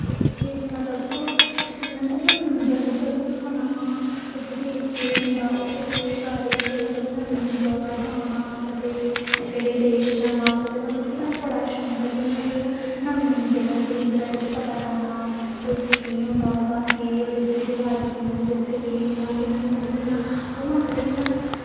मतलब जि'यां की नमीं नमीं जगह् पर घुम्मना उत्थें जाइयै केह् होंदा उत्थें केह् बारै च मतलब नमीं नमीं जगह पर जाना कदें केह्ड़े देश जाना मतलब कि'यां मिगी ना बड़ा शौक ऐ ना नमीं नमीं जगह जाइयै उंदे बारै च पता करना उत्थें केह् होंदा होर केह् ते ओह्दे बाद च केह् होंदे कि'यां मतलब कि'यां ओह् मन लग्गे जि'यां